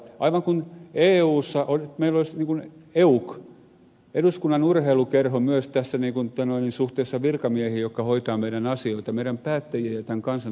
aivan kuin eussa meillä olisi niin kuin euk eduskunnan urheilukerho myös tässä suhteessa virkamiehiin jotka hoitavat meidän asioita meidän päättäjien ja tämän kansan asioita jossain